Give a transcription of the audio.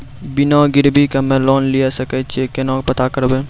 बिना गिरवी के हम्मय लोन लिये सके छियै केना पता करबै?